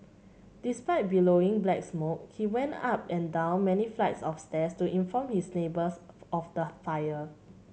despite billowing black smoke he went up and down many flights of stairs to inform his neighbours of the fire